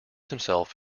himself